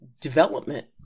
development